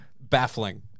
baffling